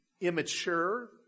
immature